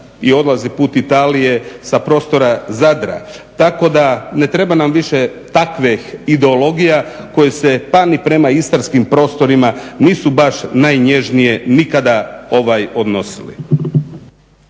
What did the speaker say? i odlazi put Italije sa prostora Zadra tako da ne treba nam više takvih ideologija koje se pani prema istarskim prostorima nisu baš najnježnije nikada odnosili.